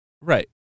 Right